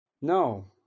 No